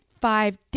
five